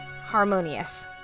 Harmonious